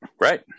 Right